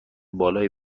بالایی